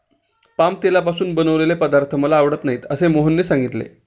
palm तेलापासून बनवलेले पदार्थ मला आवडत नाहीत असे मोहनने सांगितले